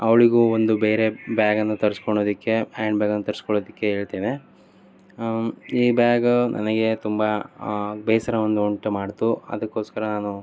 ಅವಳಿಗೂ ಒಂದು ಬೇರೆ ಬ್ಯಾಗನ್ನು ತರ್ಸ್ಕೊಳ್ಳೋದಕ್ಕೆ ಹ್ಯಾಂಡ್ ಬ್ಯಾಗನ್ನು ತರಿಸ್ಕೊಳ್ಳೋದಿಕ್ಕೆ ಹೇಳ್ತೇನೆ ಈ ಬ್ಯಾಗ್ ನನಗೆ ತುಂಬ ಬೇಸರವನ್ನು ಉಂಟು ಮಾಡ್ತು ಅದಕ್ಕೋಸ್ಕರ ನಾನು